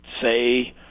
say